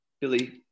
Billy